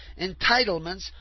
entitlements